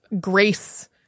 grace